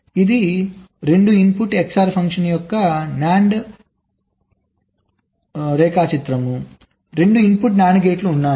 ఇది 2 input XOR function యొక్క NAND సాక్షాత్కారం కాబట్టి 2 ఇన్పుట్ NAND గేట్లు ఉన్నాయి